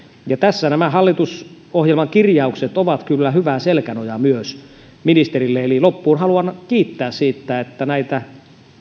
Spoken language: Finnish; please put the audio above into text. tässä nämä hallitusohjelmakirjaukset ovat kyllä myös hyvä selkänoja ministerille eli lopuksi haluan kiittää siitä että näitä